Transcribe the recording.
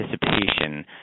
participation